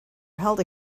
held